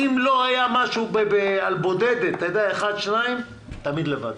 אם לא היה משהו על בודדת, אחד או שניים, תמיד לבד.